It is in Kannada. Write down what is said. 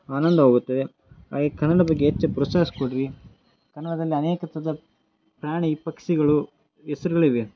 ಆನಂದವಾಗುತ್ತದೆ ಹಾಗಾಗಿ ಕನ್ನಡ ಬಗ್ಗೆ ಹೆಚ್ಚು ಪ್ರೋತ್ಸಾಹಸ್ ಕೊಡಿರಿ ಕನ್ನಡದಲ್ಲಿ ಅನೇಕ ಥರ ಪ್ರಾಣಿ ಪಕ್ಷಿಗಳ ಹೆಸ್ರುಗಳಿವೆ